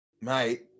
Mate